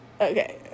Okay